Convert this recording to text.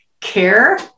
care